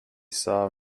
saw